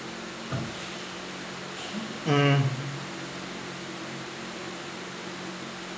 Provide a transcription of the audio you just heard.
mm